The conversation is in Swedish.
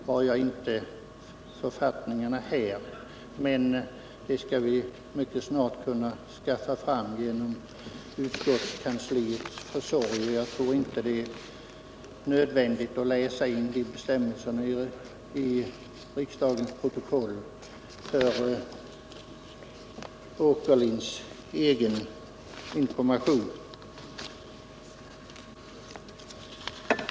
Jag har inte författningarna här, men vi skall mycket snart kunna skaffa fram dem genom utskottskansliets försorg, och jag tror inte att det är nödvändigt att läsa in dessa bestämmelser i riksdagens protokoll för herr Åkerlinds egen information.